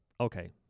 Okay